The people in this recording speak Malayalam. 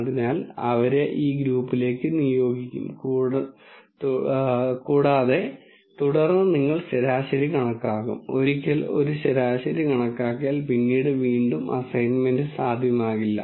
അതിനാൽ അവരെ ഈ ഗ്രൂപ്പിലേക്ക് നിയോഗിക്കും തുടർന്ന് നിങ്ങൾ ശരാശരി കണക്കാക്കും ഒരിക്കൽ ഒരു ശരാശരി കണക്കാക്കിയാൽ പിന്നീട് വീണ്ടും അസൈൻമെന്റ് സാധ്യമാകില്ല